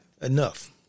enough